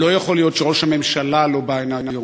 לא יכול להיות שראש הממשלה לא בא הנה היום.